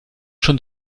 schon